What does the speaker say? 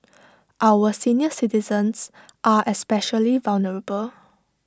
our senior citizens are especially vulnerable